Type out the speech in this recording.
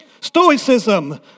Stoicism